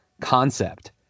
concept